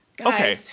okay